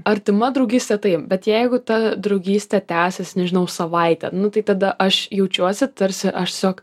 artima draugystė taip bet jeigu ta draugystė tęsias nežinau savaitę nu tai tada aš jaučiuosi tarsi aš tiesiog